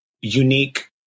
unique